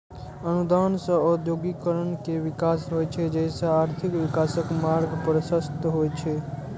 अनुदान सं औद्योगिकीकरण के विकास होइ छै, जइसे आर्थिक विकासक मार्ग प्रशस्त होइ छै